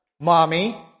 Mommy